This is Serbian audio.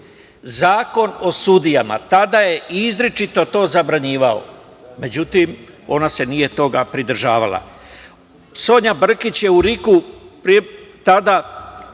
Zakon o sudijama tada je izričito to zabranjivao. Međutim, ona se nije toga pridržavala. Sonja Brkić je u RIK-u, tada